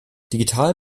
digital